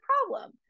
problem